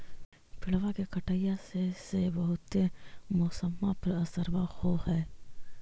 पेड़बा के कटईया से से बहुते मौसमा पर असरबा हो है?